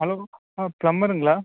hello ஆ பிளம்பருங்களா